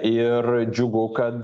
ir džiugu kad